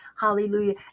hallelujah